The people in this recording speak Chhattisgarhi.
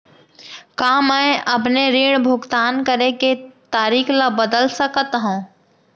का मैं अपने ऋण भुगतान करे के तारीक ल बदल सकत हो?